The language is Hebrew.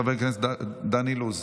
חבר הכנסת דן אילוז,